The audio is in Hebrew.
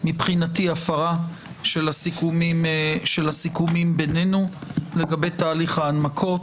הפרה של הסיכומים בינינו לגבי תהליך ההנמקות.